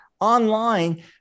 online